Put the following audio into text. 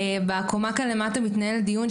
בקומה כאן למטה מתנהל דיון,